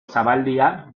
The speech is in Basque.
zabaldia